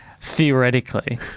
theoretically